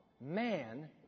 man